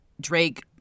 drake